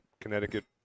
Connecticut